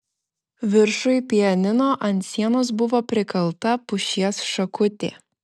viršuj pianino ant sienos buvo prikalta pušies šakutė